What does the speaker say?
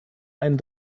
einen